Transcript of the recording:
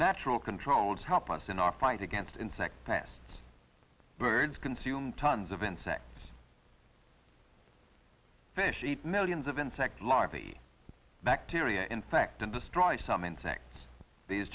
natural controls help us in our fight against insect pests birds consume tons of insects fish eat millions of insect larvae bacteria infect and destroy some insects these